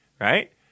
right